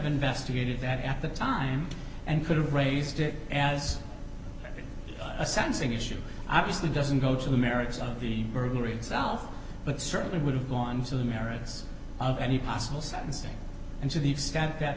investigated that at the time and could have raised it as a sensitive issue obviously doesn't go to the merits of the burglary itself but it certainly would have gone to the merits of any possible sentencing and to the extent that